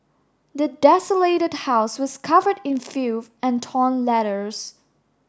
the desolated house was covered in filth and torn letters